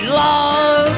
love